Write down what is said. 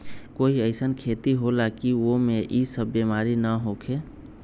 कोई अईसन खेती होला की वो में ई सब बीमारी न होखे?